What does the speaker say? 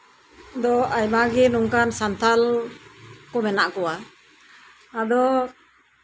ᱫᱚ ᱱᱚᱝᱠᱟᱱ ᱟᱭᱢᱟᱜᱮ ᱥᱟᱱᱛᱟᱲ ᱢᱮᱱᱟᱜ ᱠᱚᱣᱟ ᱟᱫᱚ